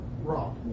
raw